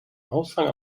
aushang